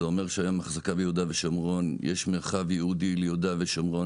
זה אומר שהיום ביהודה ושומרון יש מרחב ייעודי ליהודה ושומרון